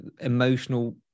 emotional